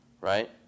right